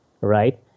right